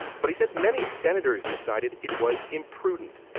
but he says many senators decided it was imprudent.